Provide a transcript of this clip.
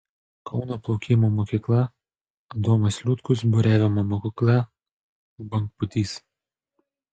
kauno plaukimo mokykla adomas liutkus buriavimo mokykla bangpūtys